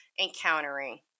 encountering